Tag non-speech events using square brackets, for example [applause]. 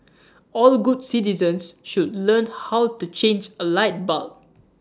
[noise] all good citizens should learn how to change A light bulb